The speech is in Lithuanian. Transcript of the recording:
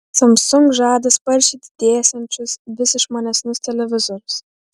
samsung žada sparčiai didėsiančius vis išmanesnius televizorius